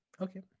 okay